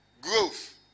growth